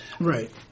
Right